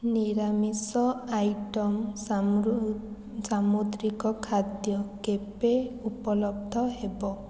ନିରାମିଷ ଆଇଟମ୍ ସାମୁଦ୍ରିକ ଖାଦ୍ୟ କେବେ ଉପଲବ୍ଧ ହେବ